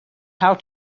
how